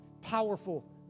powerful